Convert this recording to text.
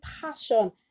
passion